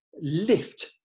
lift